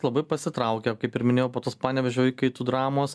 labai pasitraukia kaip ir minėjau po tos panevėžio įkaitų dramos